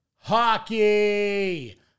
Hockey